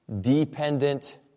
dependent